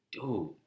Dude